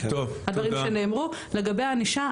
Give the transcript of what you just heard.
לגבי הענישה,